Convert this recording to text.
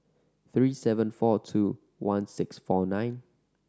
three seven four two one six four nine